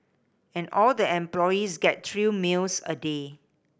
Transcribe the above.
and all the employees get three meals a day